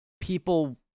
people